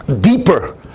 deeper